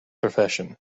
profession